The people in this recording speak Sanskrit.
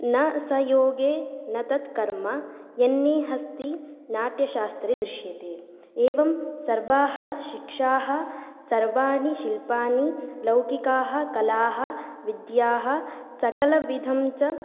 न स योगे न तत् कर्म यन्ने हस्ति नाट्यशास्त्रे दृश्यते एवं सर्वाः शिक्षाः सर्वाणि शिल्पानि लौकिकाः कलाः विद्याः सकलविधं च